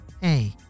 Hey